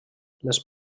les